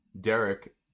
Derek